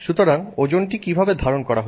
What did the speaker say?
সুতরাং ওজনটি কিভাবে ধারণ করা হচ্ছে